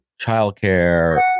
childcare